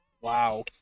Wow